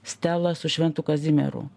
stelą su šventu kazimieru